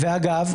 ואגב,